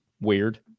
weird